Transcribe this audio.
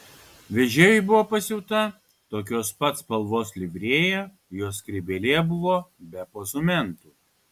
vežėjui buvo pasiūta tokios pat spalvos livrėja jo skrybėlė buvo be pozumentų